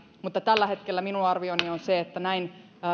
mutta tällä hetkellä minun arvioni on se että näin